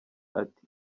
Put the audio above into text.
ati